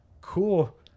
cool